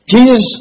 Jesus